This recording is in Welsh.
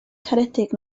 caredig